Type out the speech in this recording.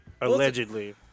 Allegedly